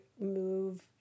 move